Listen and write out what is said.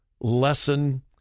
lesson